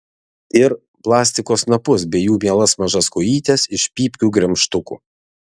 ir plastiko snapus bei jų mielas mažas kojytes iš pypkių gremžtukų